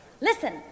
Listen